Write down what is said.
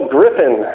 Griffin